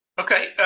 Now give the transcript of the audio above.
okay